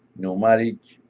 pneumatic